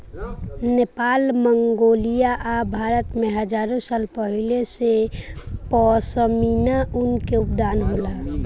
Nepal, Mongolia आ भारत में हजारो साल पहिले से पश्मीना ऊन के उत्पादन होला